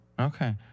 Okay